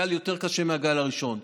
גל יותר קשה מהגל הראשון.